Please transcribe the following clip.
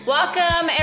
Welcome